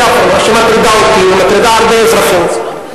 אחרונה, שמטרידה אותי ומטרידה הרבה אזרחים.